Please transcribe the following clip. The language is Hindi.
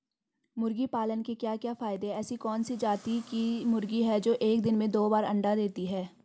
मुर्गी पालन के क्या क्या फायदे हैं ऐसी कौन सी जाती की मुर्गी है जो एक दिन में दो बार अंडा देती है?